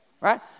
right